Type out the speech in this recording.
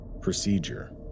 Procedure